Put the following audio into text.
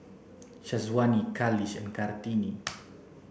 Syazwani Khalish and Kartini